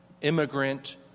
Immigrant